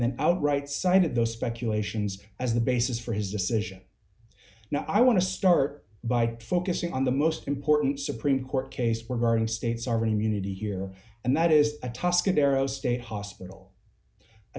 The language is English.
then outright side of those speculations as the basis for his decision now i want to start by focusing on the most important supreme court case regarding states are in unity here and that is a tuscan arrow state hospital a